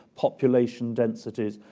population densities.